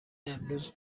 امروز